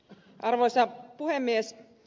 arvoisa puhemies